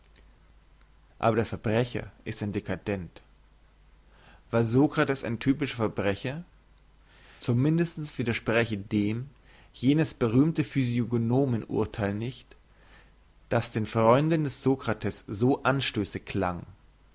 aber der verbrecher ist ein dcadent war sokrates ein typischer verbrecher zum mindesten widerspräche dem jenes berühmte physiognomen urtheil nicht das den freunden des sokrates so anstössig klang